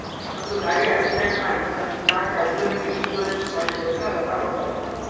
ನಮ್ದು ಗಾಡಿ ಆಕ್ಸಿಡೆಂಟ್ ಆಗಿತ್ ನಾ ಕ್ಯಾಶುಲಿಟಿ ಇನ್ಸೂರೆನ್ಸ್ ಮಾಡಿದುಕ್ ರೊಕ್ಕಾ ಕೊಟ್ಟೂರ್